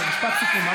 משפט סיכום.